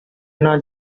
not